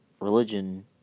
religion